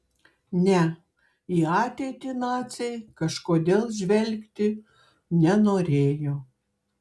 ne į ateitį naciai kažkodėl žvelgti nenorėjo